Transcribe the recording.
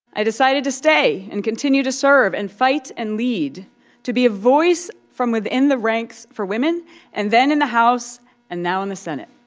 i decided to stay and continue to serve and fight and lead to be a voice from within the ranks for women and then in the house and now in the senate.